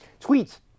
tweets